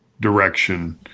direction